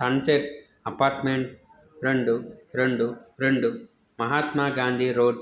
sunset apartment రెండు రెండు రెండు మహాత్మాగాంధీ రోడ్